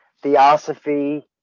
Theosophy